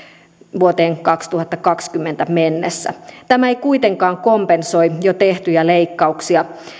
vuoteen kaksituhattakaksikymmentä mennessä tämä ei kuitenkaan kompensoi jo tehtyjä leikkauksia